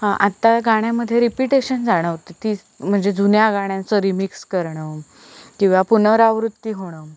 आता गाण्यांमध्ये रिपीटेशन जाणवते ती म्हणजे जुन्या गाण्याचं रिमिक्स करणं किंवा पुनरावृत्ती होणं